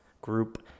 Group